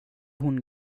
hon